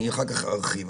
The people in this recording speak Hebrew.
אני אחר כך ארחיב,